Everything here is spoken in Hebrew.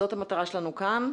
זאת המטרה שלנו כאן,